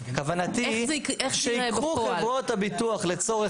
איך זה יקרה בפועל?